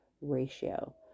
ratio